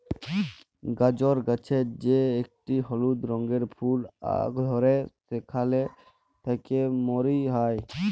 গাজর গাছের যে একটি হলুদ রঙের ফুল ধ্যরে সেখালে থেক্যে মরি হ্যয়ে